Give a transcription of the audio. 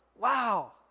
wow